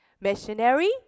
Missionary